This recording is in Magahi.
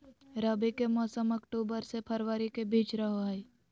रबी के मौसम अक्टूबर से फरवरी के बीच रहो हइ